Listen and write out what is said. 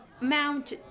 mount